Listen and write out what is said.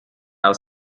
aus